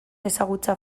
ezagutza